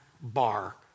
bar